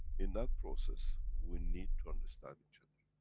in that process, we need to understand each other.